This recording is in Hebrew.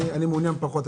אני מעוניין פחות,